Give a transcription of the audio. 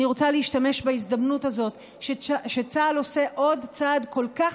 אני רוצה להשתמש בהזדמנות הזאת שצה"ל עושה עוד צעד כל כך